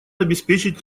обеспечить